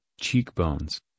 cheekbones